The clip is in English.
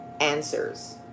answers